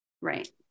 right